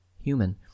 human